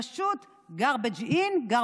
פשוט garbage out, garbage in".